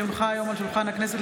כי הונחו היום על שולחן הכנסת,